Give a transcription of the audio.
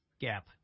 Gap